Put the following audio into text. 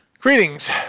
Greetings